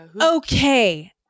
Okay